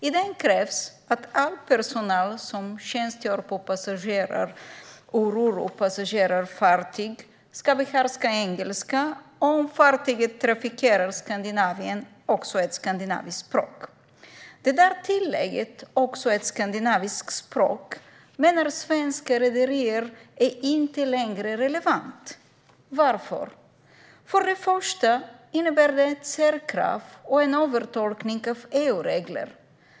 I den krävs att all personal som tjänstgör på passagerar och roropassagerarfartyg ska "behärska engelska och, om fartyget trafikerar Skandinavien, ett skandinaviskt språk". Det där tillägget om ett skandinaviskt språk menar svenska rederier inte längre är relevant. Det innebär nämligen ett särkrav och en övertolkning av EU-regler.